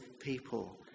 people